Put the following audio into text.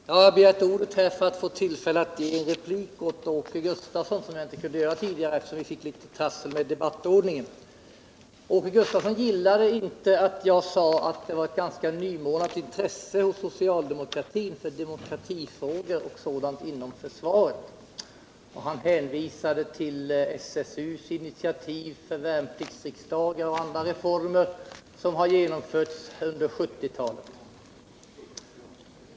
Herr talman! Jag har begärt ordet för att få tillfälle att ge replik åt Åke Gustavsson som jag inte kunde göra tidigare eftersom vi fick trassel med debattordningen. Åke Gustavsson gillade inte att jag sade att det var ett ganska nymornat intresse hos socialdemokratin för demokratifrågor inom försvaret. Han hänvisade till SSU-initiativ för värnpliktsriksdagar och andra reformer under 1970-talet.